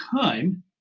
time